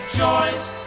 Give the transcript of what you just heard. joys